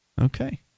Okay